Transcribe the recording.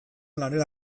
lanera